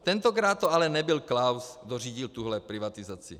Tentokrát to ale nebyl Klaus, kdo řídil tuhle privatizaci.